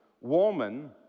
woman